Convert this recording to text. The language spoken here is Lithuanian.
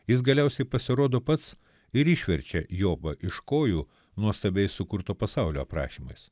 jis galiausiai pasirodo pats ir išverčia jobą iš kojų nuostabiai sukurto pasaulio aprašymais